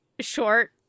short